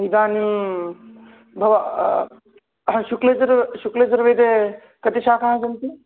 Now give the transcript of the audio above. इदानीं भव अह शुक्लयजुर् शुक्लयजुर्वेदे कति शाखाः सन्ति